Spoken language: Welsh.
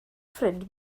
ffrind